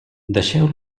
deixeu